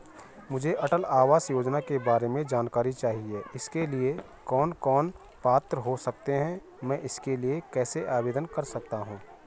मुझे अटल आवास योजना के बारे में जानकारी चाहिए इसके लिए कौन कौन पात्र हो सकते हैं मैं इसके लिए कैसे आवेदन कर सकता हूँ?